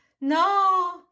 no